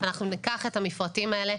אנחנו ניקח את המפרטים האלה,